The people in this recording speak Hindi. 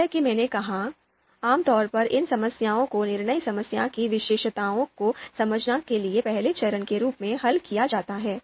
जैसा कि मैंने कहा आमतौर पर इन समस्याओं को निर्णय समस्या की विशेषताओं को समझने के लिए पहले चरण के रूप में हल किया जाता है